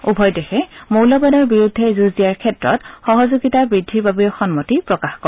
উভয় দেশে মৌলবাদৰ বিৰুদ্ধে যুঁজ দিয়াৰ ক্ষেত্ৰত সহযোগিতা বৃদ্ধিৰ বাবেও সন্মতি প্ৰকাশ কৰে